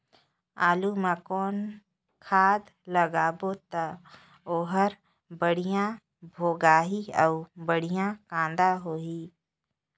आलू मा कौन खाद लगाबो ता ओहार बेडिया भोगही अउ बेडिया कन्द होही?